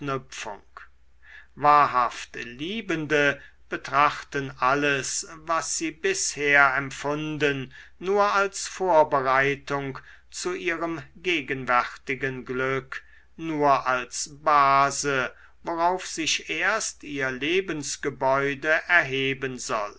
wahrhaft liebende betrachten alles was sie bisher empfunden nur als vorbereitung zu ihrem gegenwärtigen glück nur als base worauf sich erst ihr lebensgebäude erheben soll